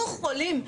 אנחנו חולים.